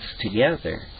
together